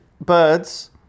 birds